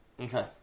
Okay